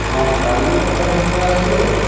ହଁ କାଲି ସକାଳ ସାତଟାରେ ଆସିବେ